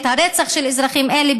רצח של אזרחים אלה,